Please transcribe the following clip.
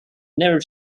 never